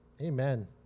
Amen